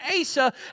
Asa